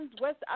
West